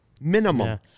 Minimum